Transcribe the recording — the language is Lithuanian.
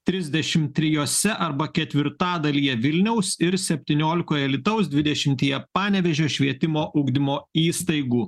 trisdešim trijuose arba ketvirtadalyje vilniaus ir septyniolikoj alytaus dvidešimtyje panevėžio švietimo ugdymo įstaigų